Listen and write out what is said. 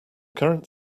current